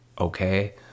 okay